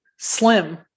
Slim